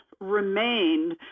remained